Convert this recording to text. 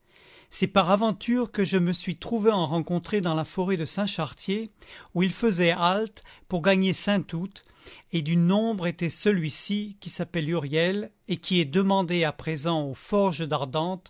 c'est par aventure que je me suis trouvé en rencontrer dans la forêt de saint chartier où ils faisaient halte pour gagner saint août et du nombre était celui-ci qui s'appelle huriel et qui est demandé à présent aux forges d'ardentes